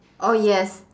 oh yes